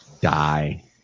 die